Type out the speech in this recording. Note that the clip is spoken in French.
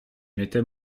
mettais